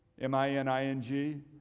M-I-N-I-N-G